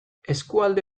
eskualde